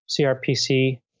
CRPC